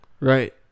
Right